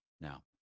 Now